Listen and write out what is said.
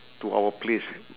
to our place